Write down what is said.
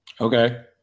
Okay